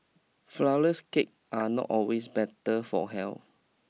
flourless cake are not always better for health